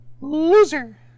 Loser